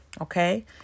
okay